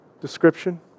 description